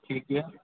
ठीक यऽ